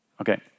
Okay